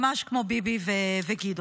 ממש כמו ביבי וגדעון.